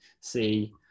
see